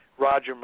Roger